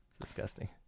disgusting